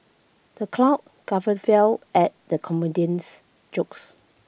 the crowd guffawed fill at the comedian's jokes